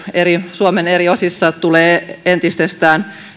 suomen eri osissa tulee entisestään